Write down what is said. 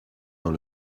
dans